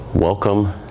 Welcome